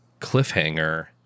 cliffhanger